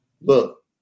look